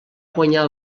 guanyar